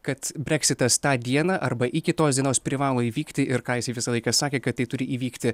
kad breksitas tą dieną arba iki tos dienos privalo įvykti ir ką jisai visą laiką sakė kad tai turi įvykti